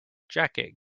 jacket